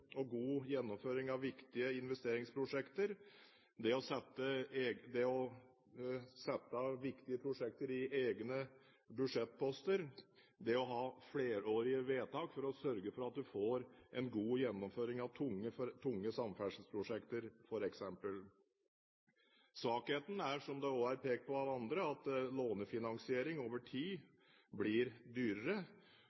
og god gjennomføring av viktige investeringsprosjekter, å sette viktige prosjekter i egne budsjettposter og å ha flerårige vedtak for å sørge for at man får en god gjennomføring av f.eks. tunge samferdselsprosjekter. Svakheten er, som det også er pekt på av andre, at lånefinansiering over tid